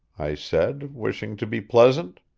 i said, wishing to be pleasant.